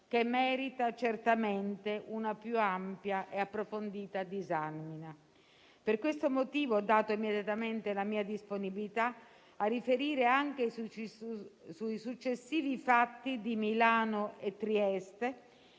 che merita certamente una più ampia e approfondita disamina. Per questo motivo ho dato immediatamente la mia disponibilità a riferire anche sui successivi fatti di Milano e Trieste,